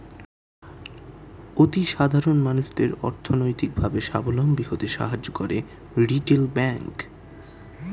অতি সাধারণ মানুষদের অর্থনৈতিক ভাবে সাবলম্বী হতে সাহায্য করে রিটেল ব্যাংক